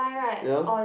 yea